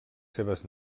seves